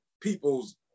people's